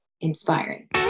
inspiring